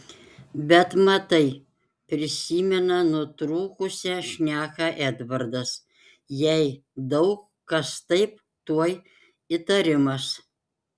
bet matai prisimena nutrūkusią šneką edvardas jei daug kas taip tuoj įtarimas